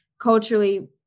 culturally